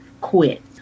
quit